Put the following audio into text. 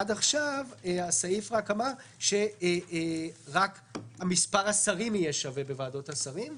עד עכשיו הסעיף אמר שרק מספר השרים יהיה שווה בוועדות השרים.